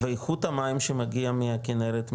ואיכות המים שמגיע מהכנרת,